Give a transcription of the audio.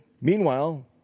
Meanwhile